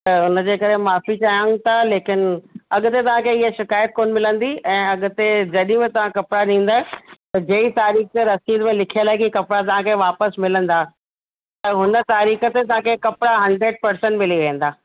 त हुन जे करे माफ़ी चाहियूं था लेकिन अॻते तव्हांखे हीअ शिकायतु कोन्ह मिलंदी ऐं अॻते जॾहिं बि तव्हां कपिड़ा ॾींदा त जहिड़ी तारीख़ रसीद में लिखियल आहे की कपिड़ा तव्हांखे वापिसि मिलंदा त हुन तारीख़ ते तव्हांखे कपिड़ा हंड्रेड परसेंट मिली वेंदा